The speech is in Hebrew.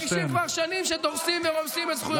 הם מרגישים כבר שנים שדורסים ורומסים את זכויותיהם.